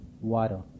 water